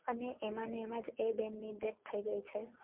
અને એમાને એમાં જ એ બેનની ડેથ થઈ ગઈ છે